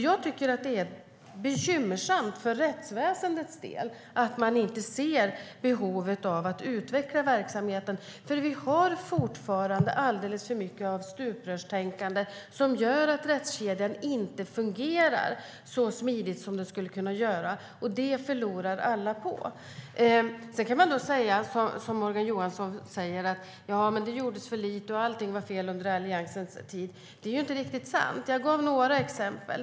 Jag tycker att det är bekymmersamt för rättsväsendet att man inte ser behovet av att utveckla verksamheten. Det finns fortfarande alltför mycket av stuprörstänkande som gör att rättskedjan inte fungerar så smidigt som den skulle kunna göra, och det förlorar alla på. Sedan kan man säga som Morgan Johansson: Ja, det gjordes för lite och allting var fel under Alliansens tid. Det är ju inte riktigt sant. Jag nämnde några exempel.